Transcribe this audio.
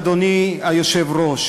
אדוני היושב-ראש,